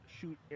shoot